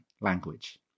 language